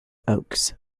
oakes